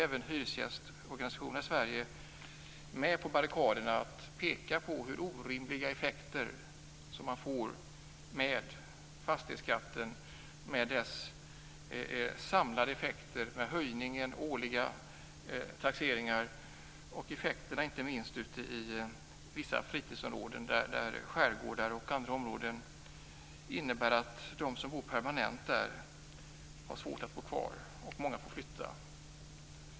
Även hyresgästorganisationer i Sverige är nu med på barrikaderna och pekar på hur orimliga effekter man får med fastighetsskattens samlade effekter och årliga höjningar av taxeringar. Effekterna är stora inte minst i olika fritidsområden i skärgårdar och andra områden. Det innebär att de som bor där permanent har svårt att bo kvar, och många får flytta.